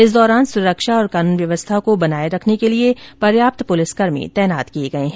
इस दौरान सुरक्षा और कानून व्यवस्था को बनाए रखने के लिए पर्याप्त पुलिसकर्मी तैनात किए गए हैं